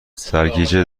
سرگیجه